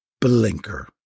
blinker